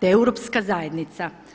te Europska zajednica.